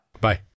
Bye